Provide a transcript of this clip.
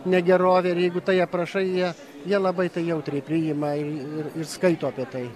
negerovė ir jeigu tai aprašai jie labai jautriai priima ir skaito apie tai